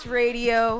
radio